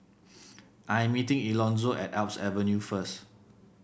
I am meeting Elonzo at Alps Avenue first